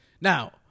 Now